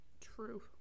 True